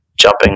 jumping